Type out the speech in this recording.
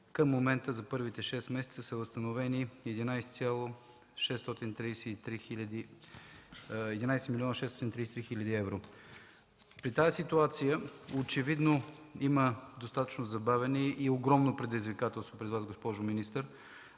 Към момента за първите шест месеца са възстановени 11 млн. 633 хил. евро. При тази ситуация очевидно има достатъчно забавяне и огромно предизвикателство пред Вас, госпожо министър,